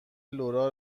لورا